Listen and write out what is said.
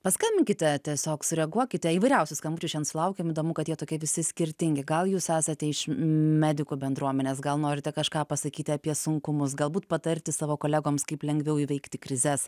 paskambinkite tiesiog sureaguokite įvairiausių skambučių šian sulaukėm įdomu kad jie tokie visi skirtingi gal jūs esate iš m medikų bendruomenės gal norite kažką pasakyti apie sunkumus galbūt patarti savo kolegoms kaip lengviau įveikti krizes